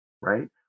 Right